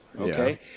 okay